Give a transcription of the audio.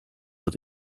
wird